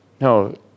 No